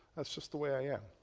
that's just the way i am.